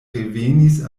revenis